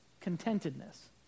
contentedness